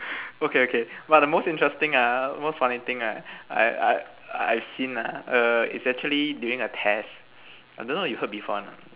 okay okay but the most interesting ah most funny thing right I I I've seen ah err is actually during a test I don't know you heard before or not